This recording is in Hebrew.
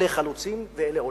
אלה חלוצים ואלה עולים.